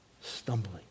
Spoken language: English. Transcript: stumbling